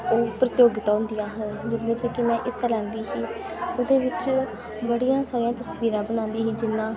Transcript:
ओह् प्रतियोगितां होंदियां हां जिंदे च कि में हिस्सा लैंदी ही ओह्दे बिच्च बड़ियां सारियां तसबीरां बनांदी ही जियां